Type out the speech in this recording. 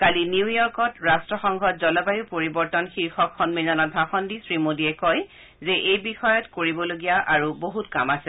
কালি নিউ ইয়ৰ্কত ৰাট্টসংঘত জলবায়ূ পৰিৱৰ্তন শীৰ্যক সন্মিলনত ভাষণ দি শ্ৰীমোডীয়ে কয় যে এই বিষয়ত কৰিবলগীয়া আৰু বহুত কাম আছে